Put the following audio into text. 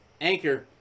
Anchor